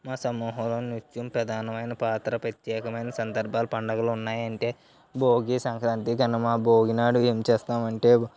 మా సమూహంలో నిత్యం ప్రధానమైన పాత్ర ప్రత్యేకమైన సందర్భాలు పండగలు ఉన్నాయి అంటే భోగి సంక్రాంతి కనుమ భోగి నాడు ఏం చేస్తామంటే